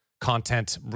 content